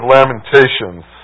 Lamentations